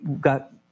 got